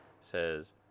says